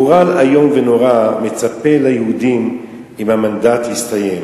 גורל איום ונורא מצפה ליהודים אם המנדט יסתיים